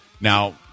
now